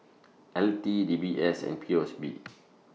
L T D B S and P O S B